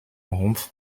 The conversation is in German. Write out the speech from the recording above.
rumpf